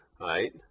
right